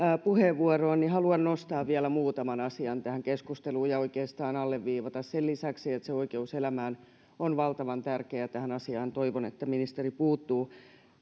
puheenvuoroon niin haluan nostaa vielä muutaman asian tähän keskusteluun ja oikeastaan sen lisäksi alleviivata että se oikeus elämään on valtavan tärkeä tähän asiaan toivon että ministeri puuttuu